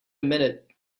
minute